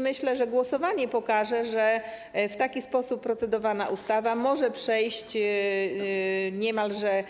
Myślę, że głosowanie pokaże, że w taki sposób procedowana ustawa może przejść niemalże